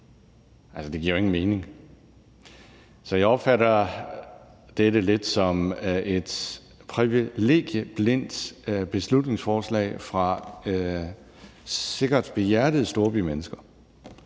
Altså, det giver ikke nogen mening. Så jeg opfatter dette lidt som et privilegieblindt beslutningsforslag fra sikkert behjertede storbymennesker,